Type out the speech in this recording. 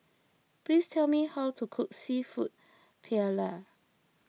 please tell me how to cook Seafood Paella